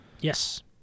Yes